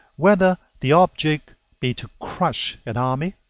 whether the object be to crush an army,